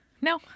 No